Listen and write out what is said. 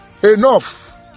Enough